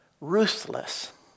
ruthless